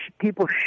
people